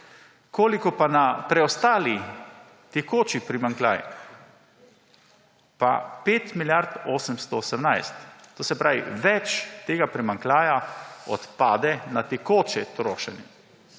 Koliko pa na preostali tekoči primanjkljaj? Pa 5 milijard 818. To se pravi, več tega primanjkljaja odpade na tekoče trošenje